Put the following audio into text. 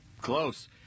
Close